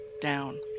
down